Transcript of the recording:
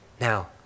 Now